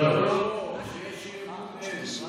לא, לא, כשיש אי-אמון אין.